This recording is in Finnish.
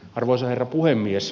arvoisa herra puhemies